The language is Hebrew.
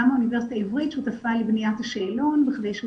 גם האוניברסיטה העברית שותפה בבניית השאלון כדי שהוא